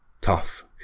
Tough